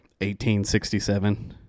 1867